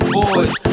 boys